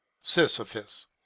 Sisyphus